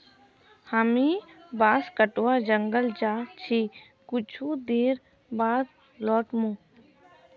हामी बांस कटवा जंगल जा छि कुछू देर बाद लौट मु